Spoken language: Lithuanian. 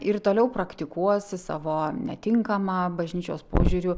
ir toliau praktikuos savo netinkamą bažnyčios požiūriu